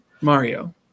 Mario